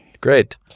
Great